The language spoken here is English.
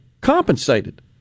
compensated